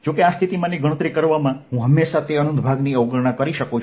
જો કે આ સ્થિતિમાનની ગણતરી કરવામાં હું હંમેશાં તે અનંત ભાગની અવગણના કરી શકું છું